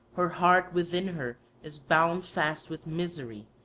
her heart within her is bound fast with misery,